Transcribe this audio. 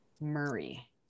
Murray